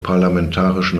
parlamentarischen